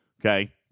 Okay